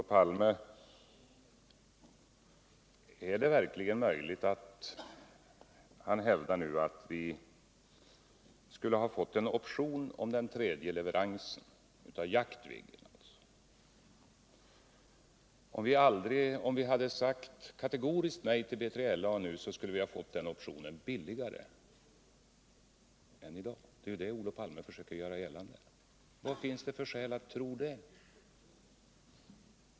Vidare: Är det verkligen möjligt att Olof Palme nu hävdar att vi, om vi hade sagt kategoriskt nej till BILA, skulle ha fått optionen beträffande den tredje leveransen av Jaktviggen billigare än i dag? Det är det Olof Palme försöker göra gällande. Vad finns det för skälatt tro det?